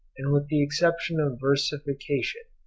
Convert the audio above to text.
and with the exception of versification,